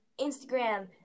instagram